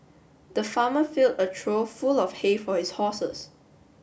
the farmer filled a through full of hay for his horses